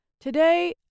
Today